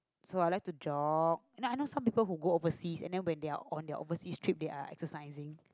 so I like to jog and I know some people who go overseas and then they are on their overseas trip they are exercising